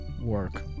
...work